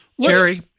Jerry